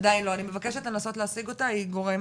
עדיין לא, אני מבקשת לנסות להשיג אותה היא גורם